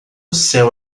céu